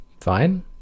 Fine